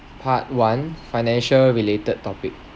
part one financial related topic